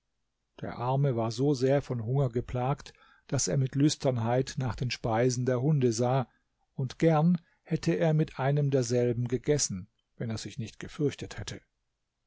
der arme war so sehr von hunger geplagt daß er mit lüsternheit nach den speisen der hunde sah und gern hätte er mit einem derselben gegessen wenn er sich nicht gefürchtet hätte